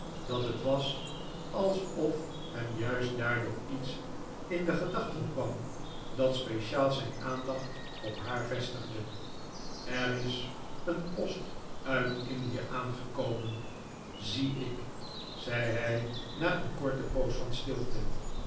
dat het was alsof hem juist daardoor iets in de gedachten kwam dat speciaal zijn aandacht op haar vestigde er is een post uit indie aangekomen david copperfield zie ik zei hij na een korte poos van stilte